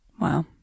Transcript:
Wow